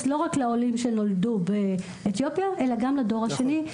לא רק לעולים שנולדו באתיופיה אלא גם לדור השני.